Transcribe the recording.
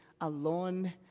alone